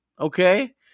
okay